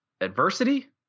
adversity